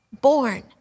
born